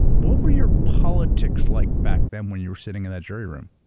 what were your politics like back then when you were sitting in that jury room?